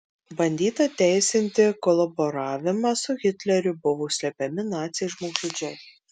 bandyta teisinti kolaboravimą su hitleriu buvo slepiami naciai žmogžudžiai